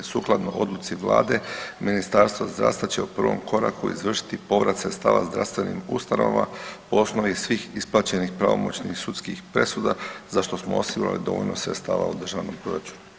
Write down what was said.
Sukladno odluci vlade Ministarstvo zdravstva će u prvom koraku izvršiti povrat sredstava zdravstvenim ustanova po osnovi svih isplaćenih pravomoćnih sudskih presuda za što smo osigurali dovoljno sredstava u državnom proračunu.